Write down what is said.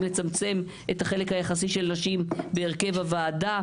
לצמצם את החלק היחסי של נשים בהרכב הוועדה.